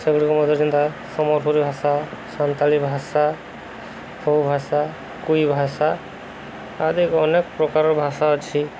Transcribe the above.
ସେଗୁଡ଼ିକ ମଧ୍ୟ ଯେନ୍ତା ସମ୍ବଲପୁରୀ ଭାଷା ସାନ୍ତାଳି ଭାଷା କଉ ଭାଷା କୁଇ ଭାଷା ଆଦି ଅନେକ ପ୍ରକାର ଭାଷା ଅଛି